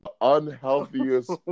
unhealthiest